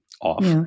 off